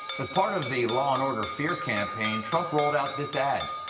as part of the law-and-order fear campaign, trump rolled out this ad.